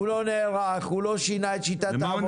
כי הוא לא נערך, הוא לא שינה את שיטת העבודה שלו.